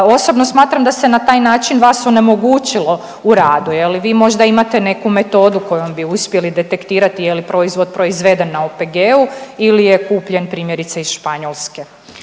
Osobno smatram da se na taj način vas onemogućilo u radu. Vi možda imate neku metodu kojom bi uspjeli detektirati je li proizvod proizveden na OPG-u ili je kupljen primjerice iz Španjolske.